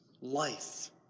life